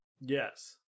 Yes